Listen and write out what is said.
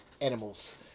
animals